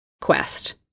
quest